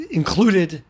included